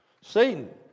Satan